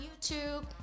YouTube